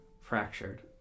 fractured